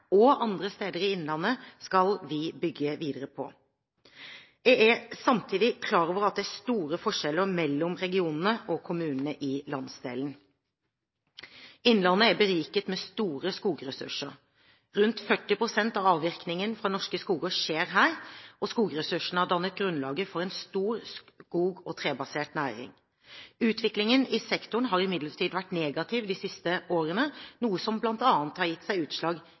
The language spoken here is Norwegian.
og andre steder i Innlandet, skal vi bygge videre på. Jeg er samtidig klar over at det er store forskjeller mellom regionene og kommunene i landsdelen. Innlandet er beriket med store skogressurser. Rundt 40 pst. av avvirkningen fra norske skoger skjer her, og skogressursene har dannet grunnlaget for en stor skog- og trebasert næring. Utviklingen i sektoren har imidlertid vært negativ de siste årene, noe som bl.a. har gitt seg utslag